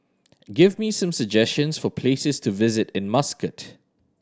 give me some suggestions for places to visit in Muscat